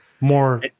more